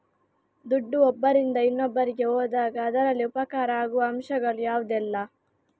ದುಡ್ಡು ಒಬ್ಬರಿಂದ ಇನ್ನೊಬ್ಬರಿಗೆ ಹೋದಾಗ ಅದರಲ್ಲಿ ಉಪಕಾರ ಆಗುವ ಅಂಶಗಳು ಯಾವುದೆಲ್ಲ?